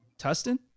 Tustin